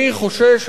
אני חושש,